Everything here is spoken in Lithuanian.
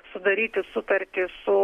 sudaryti sutartį su